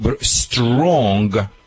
strong